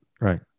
Right